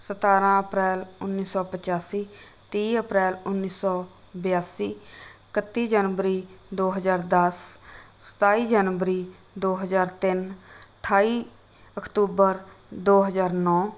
ਸਤਾਰ੍ਹਾਂ ਅਪ੍ਰੈਲ ਉੱਨੀ ਸੌ ਪਚਾਸੀ ਤੀਹ ਅਪ੍ਰੈਲ ਉੱਨੀ ਸੌ ਬਿਆਸੀ ਇਕੱਤੀ ਜਨਵਰੀ ਦੋ ਹਜ਼ਾਰ ਦਸ ਸਤਾਈ ਜਨਵਰੀ ਦੋ ਹਜ਼ਾਰ ਤਿੰਨ ਅਠਾਈ ਅਕਤੂਬਰ ਦੋ ਹਜ਼ਾਰ ਨੌਂ